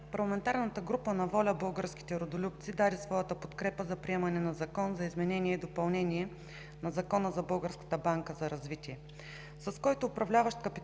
парламентарната група на „ВОЛЯ – Българските Родолюбци“ даде своята подкрепа за приемане на Закона за изменение и допълнение на Закона за Българската банка за развитие, с която управляващ на капитала